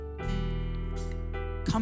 Come